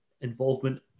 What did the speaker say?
involvement